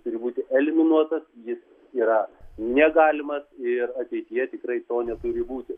turi būti eliminuotas jis yra negalimas ir ateityje tikrai to neturi būti